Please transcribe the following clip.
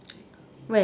where